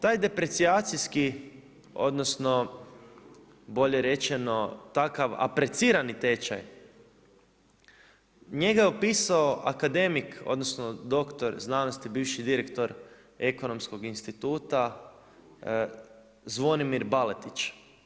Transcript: Taj deprecijacijski odnosno bolje rečeno takav aprecirani tečaj njega je opisao akademik odnosno doktor znanosti bivši direktor Ekonomskog instituta Zvonimir Baletić.